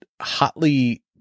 hotly